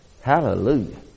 Hallelujah